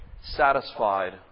satisfied